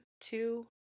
two